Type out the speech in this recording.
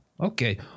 okay